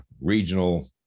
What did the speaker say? regional